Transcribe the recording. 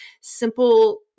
simple